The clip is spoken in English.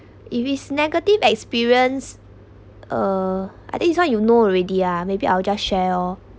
if is negative experience uh I think this one you know already ah maybe I'll just share lor